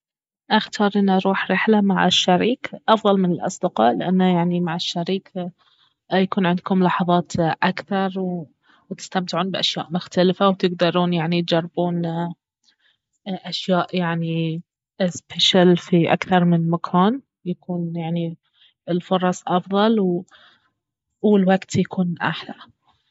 اختار انه اروح رحلة مع الشريك افضل من الاصدقاء لانه يعني مع الشريك يكون عندكم لحظات اكثر وتستمتعون باشياء مختلفة وتقدرون يعني تجربون أشياء يعني سبشل في اكثر من مكان يكون يعني الفرص افضل والوقت يكون اخلى